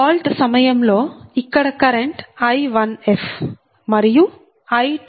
fault సమయంలో ఇక్కడ current I1f మరియు I2f